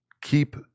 keep